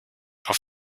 auf